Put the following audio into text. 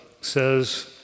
says